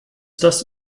das